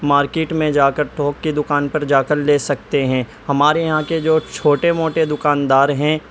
market میں جا کر تھوک کی دکان پر جا کر لے سکتے ہیں ہمارے یہاں کے جو چھوٹے موٹے دکاندار ہیں